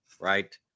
right